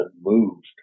moved